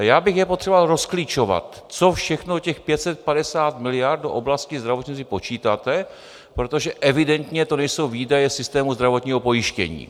A já bych je potřeboval rozklíčovat, co všechno těch 550 miliard do oblasti zdravotnictví počítáte, protože evidentně to nejsou výdaje systému zdravotního pojištění.